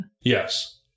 Yes